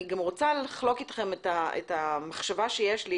אני גם רוצה לחלוק איתכם את המחשבה שיש לי,